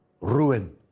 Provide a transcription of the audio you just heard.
ruin